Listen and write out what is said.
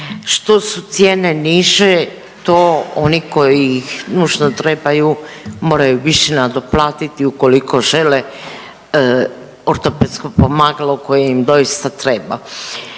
Što su cijene niže to oni koji ih nužno trebaju moraju više nadoplatiti ukoliko žele ortopedsko pomagalo koje im doista treba.